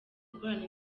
gukorana